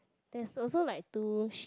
there's also like two sheep